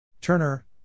Turner